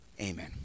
Amen